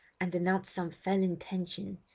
and announced some fell intention.